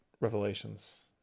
Revelations